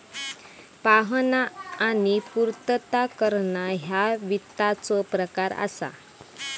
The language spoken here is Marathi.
पाहणा आणि पूर्तता करणा ह्या वित्ताचो प्रकार असा